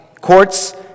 courts